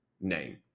name